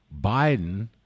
Biden